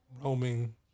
roaming